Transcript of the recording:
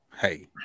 Hey